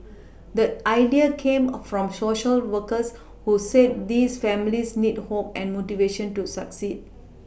the idea came from Social workers who said these families need hope and motivation to succeed